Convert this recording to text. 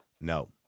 No